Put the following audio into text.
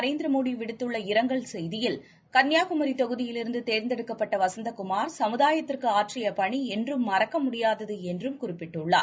நரேந்திர மோறை விடுத்துள்ள இரங்கல் செய்தியில் கன்னியாகுமரி தொகுதியிலிருந்து தேர்ந்தெடுக்கப்பட்ட வசந்தகுமார் சமுதாயத்திற்கு ஆற்றிய பணி என்றும் மறக்க முடியாதது என்று குறிப்பிட்டுள்ளார்